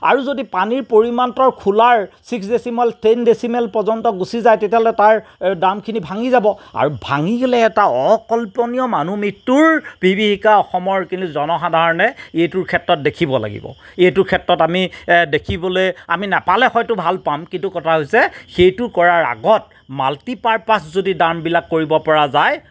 আৰু যদি পানী পৰিমাণতৰ খোলাৰ ছিক্স ডেচিমেল টেন ডেচিমেল পৰ্যন্ত গুচি যায় তেতিয়াহ'লে তাৰ ডামখিনি ভাঙি যাব আৰু ভাঙি গ'লে এটা অকল্পনীয় মানুহ মৃত্যুৰ বিভীষিকা কিন্তু অসমৰ কিন্তু জনসাধাৰণে এইটোৰ ক্ষেত্ৰত দেখিব লাগিব এইটোৰ ক্ষেত্ৰত আমি দেখিবলে আমি নাপালে হয়তো ভাল পাম কিন্তু কথা হৈছে সেইটো কৰাৰ আগত মাল্টি পাৰপাছ যদি ডামবিলাক কৰিব পৰা যায়